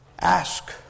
Ask